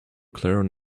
clare